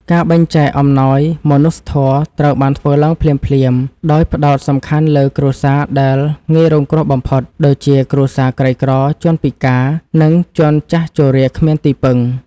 ការបែងចែកអំណោយមនុស្សធម៌ត្រូវបានធ្វើឡើងភ្លាមៗ ដោយផ្ដោតសំខាន់លើគ្រួសារដែលងាយរងគ្រោះបំផុត ដូចជាគ្រួសារក្រីក្រ ជនពិការ និងជនចាស់ជរាគ្មានទីពឹង។